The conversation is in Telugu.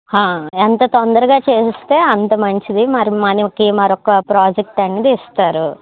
ఎంత తొందరగా చేయిస్తే అంత మంచిది మరి మనకి మరొక ప్రాజెక్టు అనేది ఇస్తారు